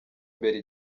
imbere